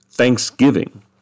Thanksgiving